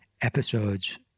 episodes